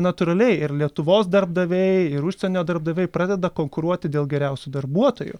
natūraliai ir lietuvos darbdaviai ir užsienio darbdaviai pradeda konkuruoti dėl geriausių darbuotojų